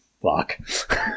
fuck